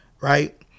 Right